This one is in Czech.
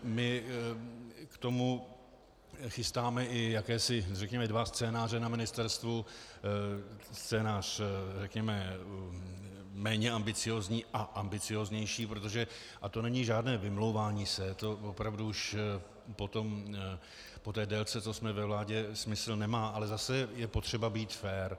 My k tomu chystáme i jakési dva scénáře na ministerstvu, scénář méně ambiciózní a ambicióznější, protože a to není žádné vymlouvání se to opravdu už po té délce, co jsme ve vládě, smysl nemá, ale zase je potřeba být fér.